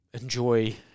enjoy